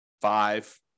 five